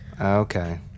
Okay